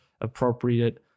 appropriate